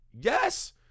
Yes